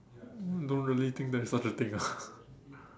don't really think there is such a thing ah